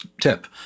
tip